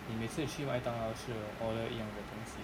你每次去麦当劳吃 will order 一样的东西